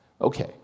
Okay